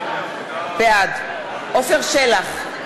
בעד עפר שלח,